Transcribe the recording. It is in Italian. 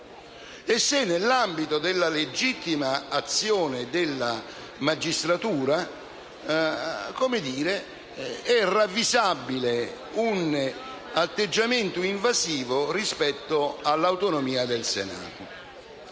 e se, nell'ambito della legittima azione della magistratura, sia ravvisabile un atteggiamento invasivo rispetto all'autonomia del Senato.